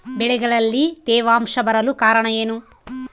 ಬೆಳೆಗಳಲ್ಲಿ ತೇವಾಂಶ ಬರಲು ಕಾರಣ ಏನು?